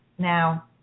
Now